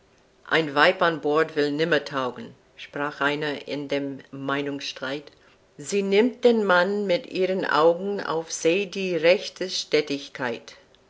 ein weib an bord will nimmer taugen sprach einer in dem meinungsstreit sie nimmt dem mann mit ihren augen auf see die rechte